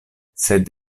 sed